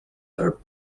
are